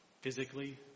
Physically